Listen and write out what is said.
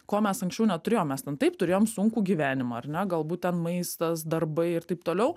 ko mes anksčiau neturėjom mes ten taip turėjom sunkų gyvenimą ar ne galbūt ten maistas darbai ir taip toliau